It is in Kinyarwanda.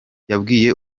yabwiye